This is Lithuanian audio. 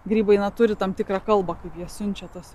grybai turi tam tikrą kalbą kaip jie siunčia tas